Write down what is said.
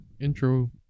intro